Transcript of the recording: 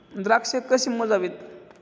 द्राक्षे कशी मोजावीत?